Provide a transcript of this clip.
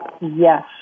Yes